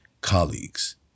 colleagues